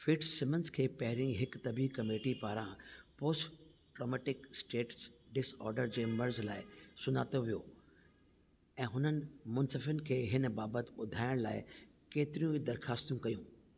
Fitzsimmons खे पहिरी हिकु तबी कमेटी पारां पोस्ट ट्रॉमेटिक स्ट्रेस डिसऑडर जे मर्ज़ लाइ सुञातो वियो हो ऐं हुननि मुन्सिफनि खे हिन बाबति ॿुधायण लाइ केतिरियूं ई दरख़्वास्तूं कयूं